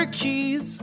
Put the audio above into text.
keys